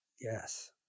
Yes